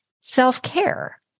self-care